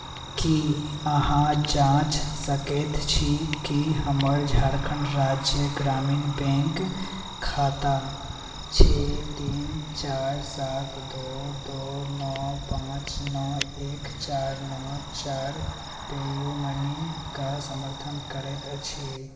की अहाँ जाँच सकैत छी कि हमर झारखण्ड राज्य ग्रामीण बैंक खाता छओ तीन चारि सात दू दू नओ पाँच नओ एक चारि नओ चारि पेयूमनी कऽ समर्थन करैत अछि